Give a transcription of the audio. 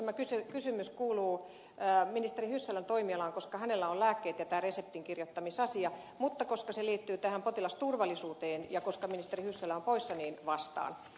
tämä kysymys kuuluu ministeri hyssälän toimialaan koska hänellä on lääke ja reseptinkirjoittamisasiat mutta koska aihe liittyy potilasturvallisuuteen ja koska ministeri hyssälä on poissa niin vastaan